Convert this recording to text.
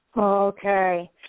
Okay